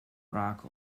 rock